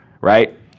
right